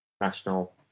National